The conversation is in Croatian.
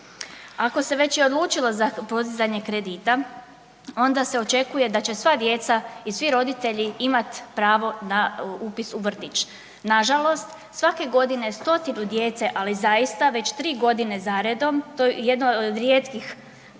Ako se već i odlučilo za podizanje kredita onda se očekuje da će sva djeca i svi roditelji imati pravo na upis u vrtić. Nažalost svake godine 100-tinu djece, ali zaista već 3 godine zaredom, to je jedna o rijetkih